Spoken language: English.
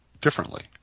differently